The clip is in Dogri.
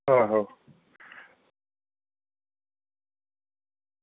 आहो